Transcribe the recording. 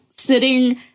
sitting